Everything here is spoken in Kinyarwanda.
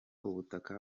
ubutaka